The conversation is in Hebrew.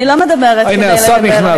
אני לא מדברת כדי לדבר, הנה, השר נכנס, אוקיי.